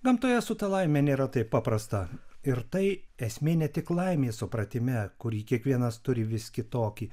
gamtoje su ta laime nėra taip paprasta ir tai esmė ne tik laimės supratime kurį kiekvienas turi vis kitokį